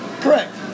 Correct